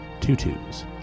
Tutus